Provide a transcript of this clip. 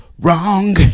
wrong